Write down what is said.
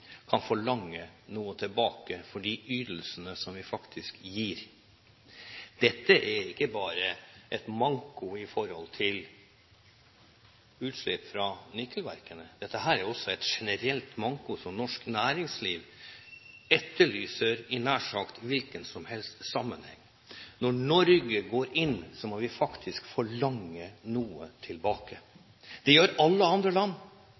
kan forlange noe tilbake for de ytelsene som vi faktisk gir. Dette er ikke bare en manko i forhold til utslipp fra Nikel-verkene, dette er også en generell manko som norsk næringsliv etterlyser i en nær sagt hvilken som helst sammenheng. Når Norge går inn, må vi faktisk forlange noe tilbake. Det gjør alle andre land